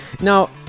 Now